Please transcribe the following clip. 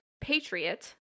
patriot